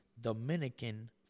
Dominican